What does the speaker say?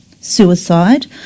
suicide